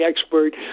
expert